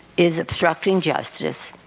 is obstructing justice,